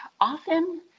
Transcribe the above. often –